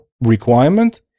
requirement